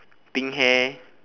pink hair